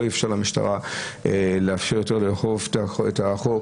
איפשר למשטרה לאפשר יותר לאכוף את החוק,